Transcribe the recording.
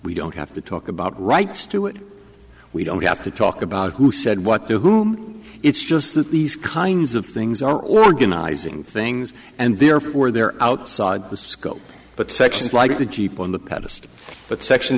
we don't have to talk about rights to it we don't have to talk about who said what to whom it's just that these kinds of things are organizing things and therefore they're outside the scope but sections like the jeep on the pedestal but section